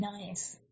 nice